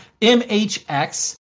MHX